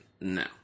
No